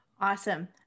Awesome